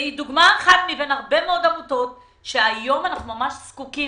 היא דוגמה אחת מבין הרבה מאוד עמותות שהיום אנחנו ממש זקוקים,